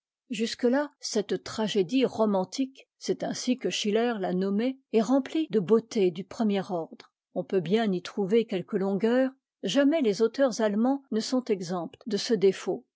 cette tragédie romantique c'est ainsi que schiller l'a nommée est remplie de beautés du premier ordre on peut bien y trouver quelques longueurs jamais les auteurs allemands ne sont exempts de ce défaut